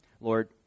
lord